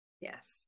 Yes